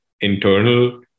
internal